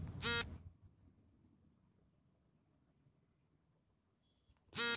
ಬೀಜಗಳ ಆಧಾರದ ಮೇಲೆ ಸಸ್ಯಗಳನ್ನು ಪ್ರಮುಖವಾಗಿ ಎಷ್ಟು ವಿಧಗಳಾಗಿ ವಿಂಗಡಿಸಲಾಗಿದೆ?